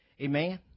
Amen